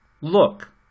look